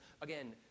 again